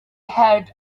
had